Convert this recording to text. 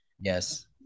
Yes